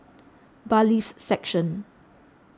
Bailiffs' Section